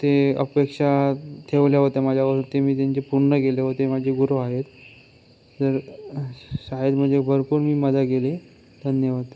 ते अपेक्षा ठेवल्या होत्या माझ्यावरती मी त्यांचे पूर्ण केले होते माझे गुरु आहेत तर शाळेमध्ये भरपूर मी मजा केली धन्यवाद